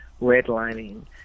redlining